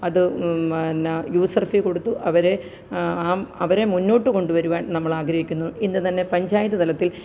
അത് പിന്നെ user fee കൊടുത്ത് അവരെ അവരെ മുന്നോട്ടു കൊണ്ടു വരുവാന് നമ്മൾ ആഗ്രഹിക്കുന്നു ഇന്ന് തന്നെ പഞ്ചായത്ത് തലത്തില്